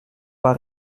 pas